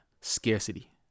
scarcity